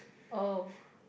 oh